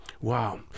wow